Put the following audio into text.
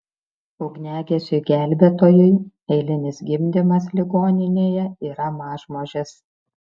ugniagesiui gelbėtojui eilinis gimdymas ligoninėje yra mažmožis